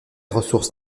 ressources